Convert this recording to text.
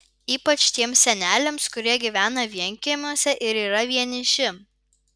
ypač tiems seneliams kurie gyvena vienkiemiuose ir yra vieniši